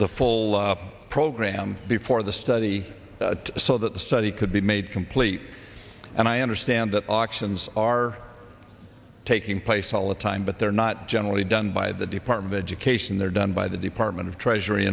the full up program before the study so that the study could be made complete and i understand that auctions are taking place all the time but they're not generally done by the department of education they're done by the department of treasury